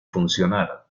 funcionar